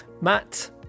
Matt